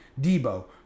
Debo